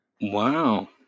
Wow